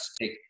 take